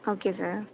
okay sir